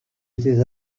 étais